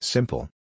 Simple